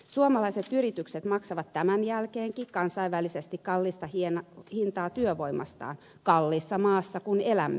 suomalaiset yritykset maksavat tämän jälkeenkin kansainvälisesti kallista hintaa työvoimastaan kalliissa maassa kun elämme